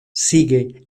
sigue